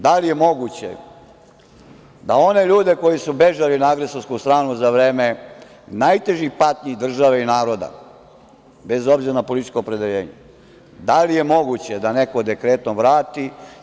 Da li je moguće da one ljude koji su bežali na agresorsku stranu za vreme najtežih patnji države i naroda, bez obzira na političko opredeljenje, da li je moguće da neko dekretom vrati?